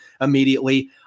immediately